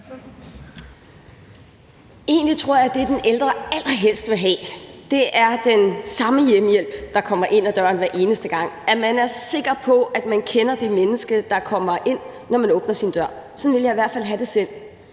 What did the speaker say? Egentlig tror jeg, at det, den ældre allerhelst vil have, er den samme hjemmehjælp, der kommer ind ad døren hver eneste gang, altså at man er sikker på, at man kender det menneske, der kommer ind, når man åbner sin dør. Sådan ville jeg i hvert fald have det selv.